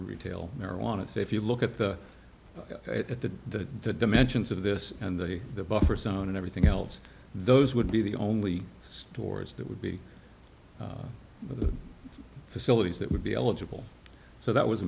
retail marijuana so if you look at the at the dimensions of this and the the buffer zone and everything else those would be the only stores that would be the facilities that would be eligible so that was a